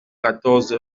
quatorze